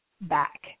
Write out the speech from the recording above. back